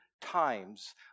times